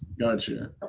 Gotcha